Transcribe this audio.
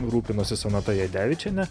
rūpinosi sonata jadevičienė